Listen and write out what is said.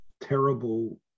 terrible